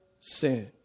sin